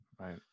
Right